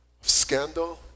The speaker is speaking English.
scandal